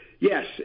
Yes